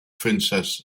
princess